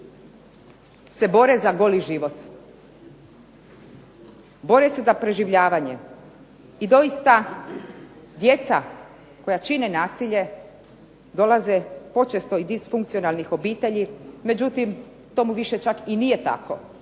se bore za goli život, bore se za preživljavanje. I doista djeca koja čine nasilje dolaze počesto iz disfunkcionalnih obitelji. Međutim, tomu više čak i nije tako.